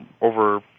over